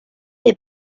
les